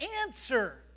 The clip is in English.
answer